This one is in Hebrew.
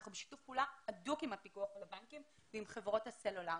אנחנו בשיתוף פעולה הדוק עם הפיקוח על הבנקים ועם חברות הסלולר.